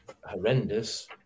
horrendous